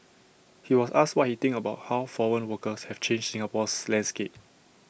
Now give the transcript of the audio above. he was asked what he thinks about how foreign workers have changed Singapore's landscape